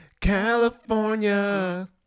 California